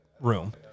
room